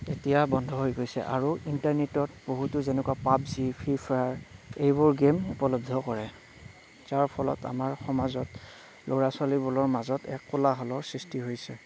এতিয়া বন্ধ হৈ গৈছে আৰু ইণ্টাৰনেটত বহুতো যেনেকুৱা পাবজি ফ্ৰী ফায়াৰ এইবোৰ গেম উপলব্ধ কৰে যাৰ ফলত আমাৰ সমাজত ল'ৰা ছোৱালীবোৰৰ মাজত এক কোলাহলৰ সৃষ্টি হৈছে